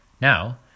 Now